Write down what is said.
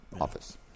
Office